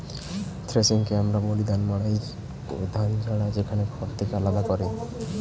থ্রেশিংকে আমরা বলি ধান মাড়াই ও ধান ঝাড়া, যেখানে খড় থেকে আলাদা করে